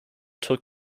took